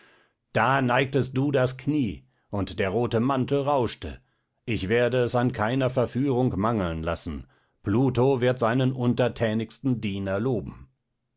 ich neigte das knie und der rote mantel rauschte ich werde es an keiner verführung und verlockung mangeln lassen pluto wird seinen untertänigsten diener loben